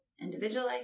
individually